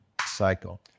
cycle